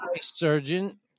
surgeon